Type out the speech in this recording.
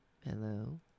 Hello